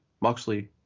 Moxley